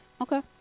Okay